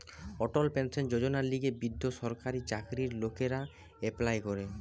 অটল pension যোজনার লিগে বৃদ্ধ সরকারি চাকরির লোকরা এপ্লাই করে